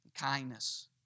kindness